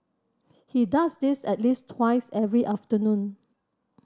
he does this at least twice every afternoon